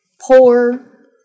poor